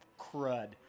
crud